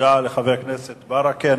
תודה לחבר הכנסת ברכה.